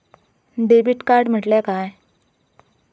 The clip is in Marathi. डेबिट कार्ड म्हटल्या काय?